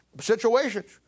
situations